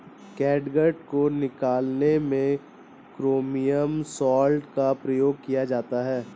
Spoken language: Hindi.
कैटगट को निकालने में क्रोमियम सॉल्ट का प्रयोग किया जाता है